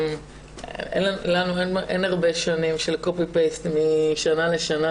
לנו אין הרבה שנים של קופי-פייסט משנה לשנה,